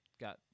got